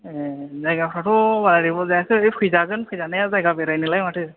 ए जायगाफ्राथ' बारा जेबो जायाखै फैजागोन फैजानाया जायगा बेरायनोलाय माथो